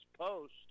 post